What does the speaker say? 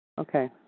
Okay